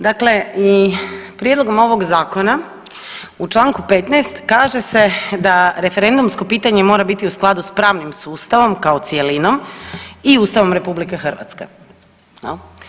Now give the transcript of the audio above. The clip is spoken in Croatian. Dakle i prijedlogom ovog zakona u čl. 15. kaže se da referendumsko pitanje mora biti u skladu s pravnim sustavom kao cjelinom i Ustavom RH jel.